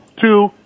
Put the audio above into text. two